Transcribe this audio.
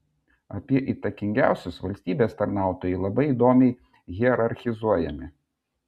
apie įtakingiausius valstybės tarnautojai labai įdomiai hierarchizuojami